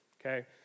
okay